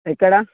ఎక్కడ